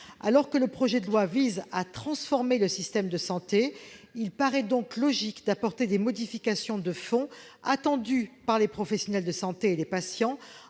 Alors que le projet de loi vise à « transformer le système de santé », il paraît logique d'apporter des modifications de fond attendues par les professionnels de santé et les patients